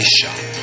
Shop